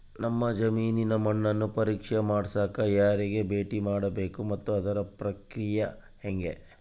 ನಮ್ಮ ಜಮೇನಿನ ಮಣ್ಣನ್ನು ಪರೇಕ್ಷೆ ಮಾಡ್ಸಕ ಯಾರಿಗೆ ಭೇಟಿ ಮಾಡಬೇಕು ಮತ್ತು ಅದರ ಪ್ರಕ್ರಿಯೆ ಹೆಂಗೆ?